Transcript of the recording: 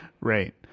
Right